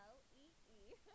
L-E-E